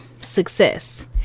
success